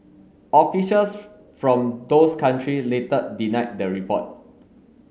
officials from those country later denied the report